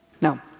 Now